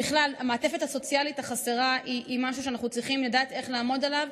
המעטפת הסוציאלית החסרה היא משהו שאנחנו צריכים לדעת איך לעמוד עליו.